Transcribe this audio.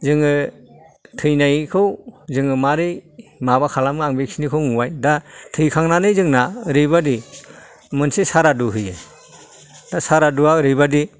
जोङो थैनायखौ जोङो मारै माबा खालामो आङो बे खिनिखौ बुंबाय दा थैखांनानै जोंना ओरैबादि मोनसे सारादु होयो दा सारादुया ओरैबायदि